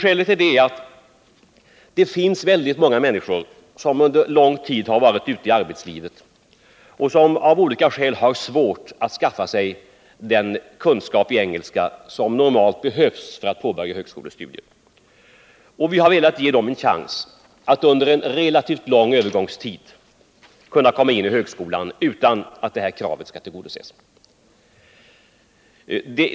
Skälet är att många människor, som under lång tid har varit ute i arbetslivet, av olika anledningar har svårt att skaffa sig den kunskap i engelska som normalt behövs för att påbörja högskolestudier. Vi har velat ge dem en chans att under en relativt lång övergångstid komma in på högskolan utan att kravet på kunskaper i engelska uppfylls.